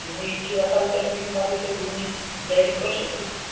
तुमी इच्छुक असाल तर मी तुम्हाला तिथं घेऊन गाईड करू शकतो